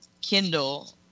kindle